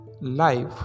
Life